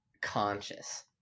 conscious